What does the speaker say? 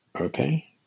Okay